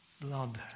blood